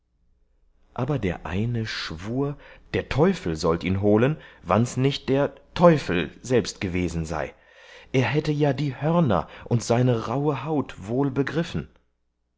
aber der eine schwur der teufel sollt ihn holen wanns nicht der teufel selbst gewesen sei er hätte ja die hörner und seine rauhe haut